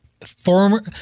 former